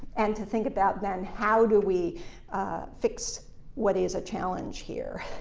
and to think about, then, how do we fix what is a challenge here.